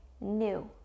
new